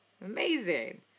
Amazing